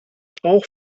auch